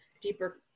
deeper